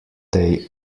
day